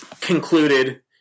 concluded